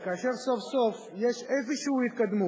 כאשר סוף-סוף יש איזו התקדמות,